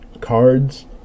cards